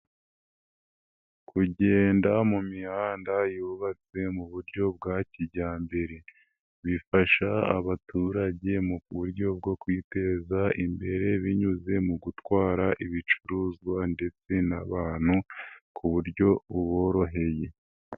Kugenda mu mihanda yubatswe mu buryo bwa kijyambere bifasha abaturage mu buryo bwo kwiteza imbere binyuze mu gutwara ibicuruzwa ndetse n'abantu ku buryo buboroheye.